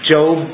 Job